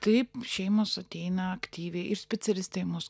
taip šeimos ateina aktyviai ir specialistai į mus